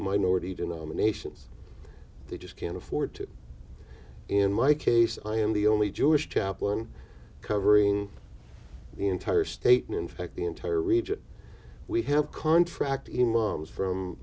minority denominations they just can't afford to in my case i am the only jewish chaplain covering the entire state in fact the entire region we have contracted the mums from